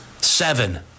seven